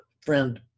friend